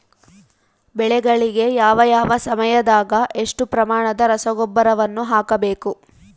ಬೆಳೆಗಳಿಗೆ ಯಾವ ಯಾವ ಸಮಯದಾಗ ಎಷ್ಟು ಪ್ರಮಾಣದ ರಸಗೊಬ್ಬರವನ್ನು ಹಾಕಬೇಕು?